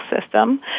system